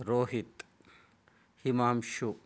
Rohit Himanshu